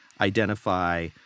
identify –